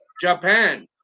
Japan